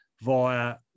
via